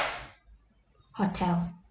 hotel